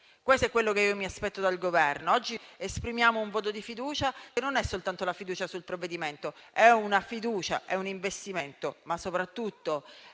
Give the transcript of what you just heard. Questo è ciò che mi aspetto dal Governo. Oggi esprimiamo un voto di fiducia, che non è soltanto la fiducia sul provvedimento, è una fiducia, un investimento, ma soprattutto